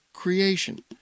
creation